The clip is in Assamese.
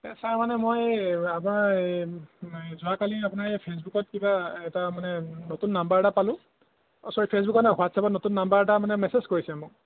ছাৰ মানে মই আমাৰ যোৱাকালি আপোনাৰ এই ফেচবুকত কিবা এটা মানে নতুন নাম্বাৰ এটা পালোঁ অ' ছৰী ফেচবুকত নহয় হোৱাটছাপত নতুন নাম্বাৰ এটা মানে মেচেজ কৰিছে মোক